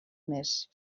més